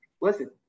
listen